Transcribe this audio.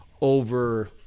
over